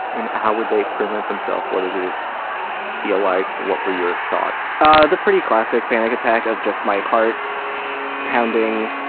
and how would they present themselves? what did it feel like, what were your thoughts? ah the pretty classic panic attack of just my heart pounding,